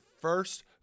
first